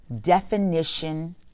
definition